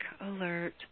alert